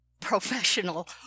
professional